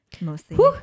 mostly